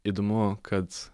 įdomu kad